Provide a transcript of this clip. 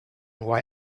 why